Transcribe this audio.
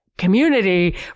community